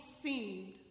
seemed